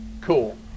cool